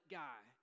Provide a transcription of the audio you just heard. guy